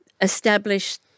established